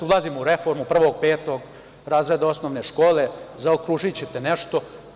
Ulazimo u reforme prvog, petog razreda osnovne škole, zaokružićete nešto.